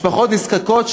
משפחות נזקקות,